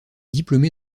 diplômé